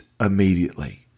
immediately